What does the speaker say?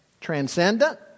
Transcendent